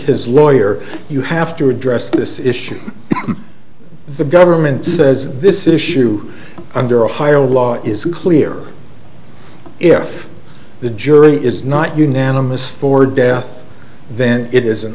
his lawyer you have to address this issue the government says this issue under ohio law is clear if the jury is not unanimous for death then it is an